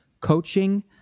Coaching